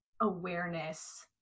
awareness